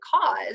cause